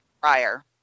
prior